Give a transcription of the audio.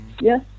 yes